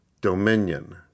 DOMINION